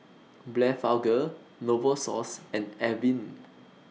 Blephagel Novosource and Avene